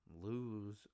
lose